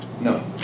No